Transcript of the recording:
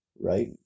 right